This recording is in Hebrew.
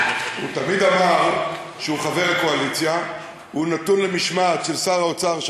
הוא תמיד אמר שהוא חבר הקואליציה והוא נתון למשמעת של שר האוצר.